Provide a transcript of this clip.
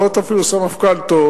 יכול להיות אפילו סמפכ"ל טוב,